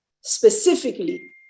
specifically